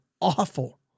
awful